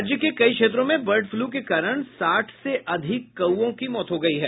राज्य के कई क्षेत्रों में बर्ड फ्लू के कारण साठ से अधिक कौओं की मौत हो गयी है